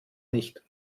nicht